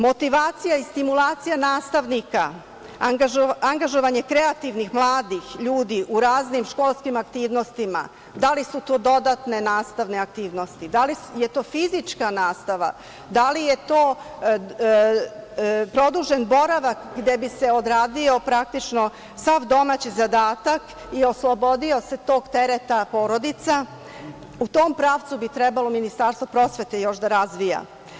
Motivacija i stimulacija nastavnika, angažovanje kreativnih, mladih ljudi u raznim školskim aktivnostima, da li su to dodatne nastavne aktivnosti, da li je to fizička nastava, da li je to produžen boravak gde bi se odradio, praktično, sav domaći zadatak i oslobodila se tog tereta porodica, u tom pravcu bi trebalo Ministarstvo prosvete još da razvija.